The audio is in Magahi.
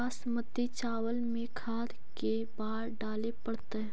बासमती चावल में खाद के बार डाले पड़तै?